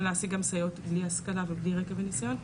להעסיק גם סייעות בלי השכלה ובלי רקע וניסיון.